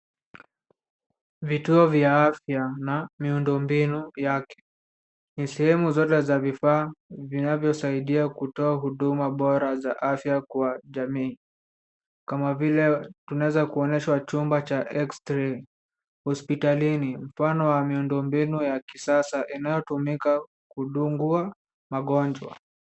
Vituo vya afya na miundombinu vyake. Ni sehemu zote za vifaa vinavyosaidia kutoa huduma bora za afya kwa jamii kama vile tunaweza kuonyeshwa chumba cha x-ray hospitalini. Mfano wa miundombinu ya kisasa inayotumika kudungwa wagonjwa.